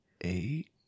eight